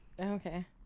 okay